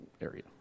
area